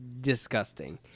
disgusting